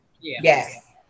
Yes